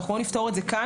ואנחנו לא נפתור את זה כאן.